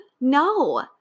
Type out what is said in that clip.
No